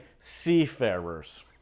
seafarers